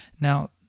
Now